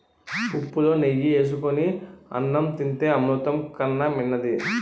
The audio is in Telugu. పుప్పులో నెయ్యి ఏసుకొని అన్నం తింతే అమృతం కన్నా మిన్నది